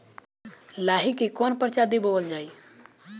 लाही की कवन प्रजाति बोअल जाई?